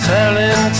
Telling